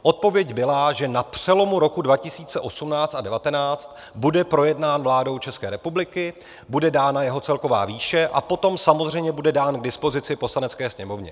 Odpověď byla, že na přelomu roku 2018 a 2019 bude projednán vládou České republiky, bude dána jeho celková výše a potom samozřejmě bude dán k dispozici Poslanecké sněmovně.